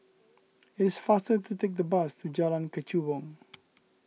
it is faster to take the bus to Jalan Kechubong